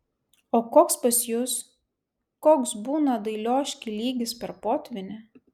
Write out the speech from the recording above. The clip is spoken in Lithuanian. o koks pas jus koks būna dailioškėj lygis per potvynį